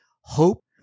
hope